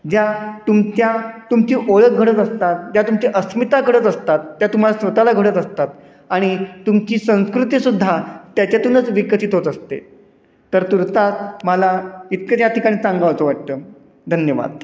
ज्या तुमच्या तुमची ओळख घडत असतात ज्या तुमची अस्मिता घडत असतात त्या तुम्हाला स्वतःला घडत असतात आणि तुमची संस्कृतीसुद्धा त्याच्यातूनच विकसित होत असते तर तूर्तास मला इतकंच या ठिकाणी सांगावंसं वाटतं धन्यवाद